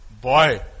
Boy